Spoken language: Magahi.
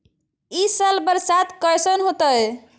ई साल बरसात कैसन होतय?